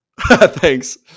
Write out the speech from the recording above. Thanks